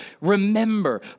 Remember